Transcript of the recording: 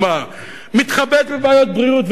מתחבט בבעיות בריאות,